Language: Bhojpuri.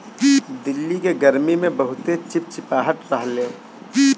दिल्ली के गरमी में बहुते चिपचिपाहट रहेला